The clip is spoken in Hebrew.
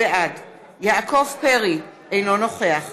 בעד יעקב פרי, אינו נוכח